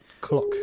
clock